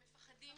והם מפחדים